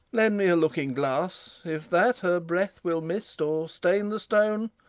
lend me a looking glass if that her breath will mist or stain the stone,